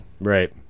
Right